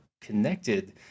connected